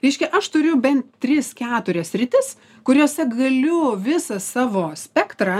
reiškia aš turiu bent tris keturias sritis kuriose galiu visą savo spektrą